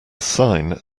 sign